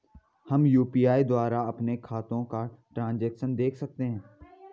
हम यु.पी.आई द्वारा अपने खातों का ट्रैन्ज़ैक्शन देख सकते हैं?